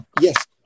Yes